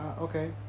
Okay